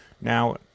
now